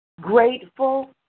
Grateful